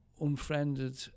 unfriended